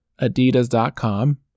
adidas.com